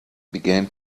began